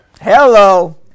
Hello